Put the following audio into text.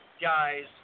guys